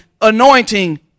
anointing